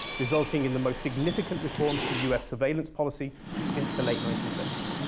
resulting in the most significant reforms to us surveillance policy since the late nineteen seventy s.